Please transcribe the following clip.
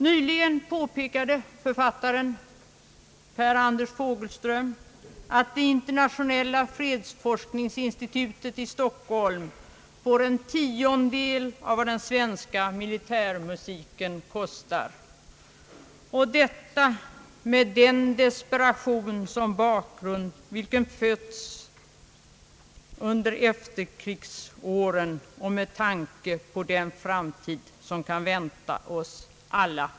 Nyligen påpekade författaren Per Anders Fogelström, att det internationella fredsforskningsinstitutet i Stockholm får en tiondel av vad den svenska militärmusiken kostar — och detta med den desperation som bakgrund, vilken fötts under efterkrigsåren och med tanke på den framtid som kan vänta oss alla.